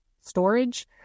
storage